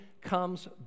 comes